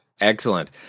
Excellent